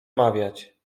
mawiać